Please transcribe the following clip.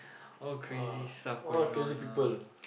all crazy stuff going on ah